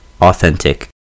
Authentic